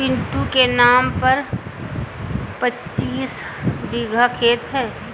पिंटू के नाम पर पच्चीस बीघा खेत है